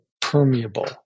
permeable